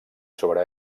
sobre